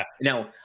now